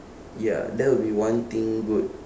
ya that will be one thing good